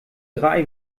drei